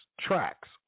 tracks